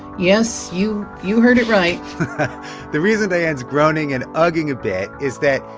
yes. you you heard it right the reason diane's groaning and ah ughing a bit is that,